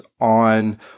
on